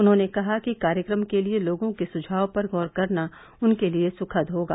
उन्होंने कहा कि कार्यक्रम के लिए लोगों के सुझाव पर गौर करना उनके लिए सुखद होगा